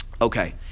okay